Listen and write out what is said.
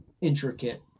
intricate